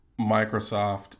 Microsoft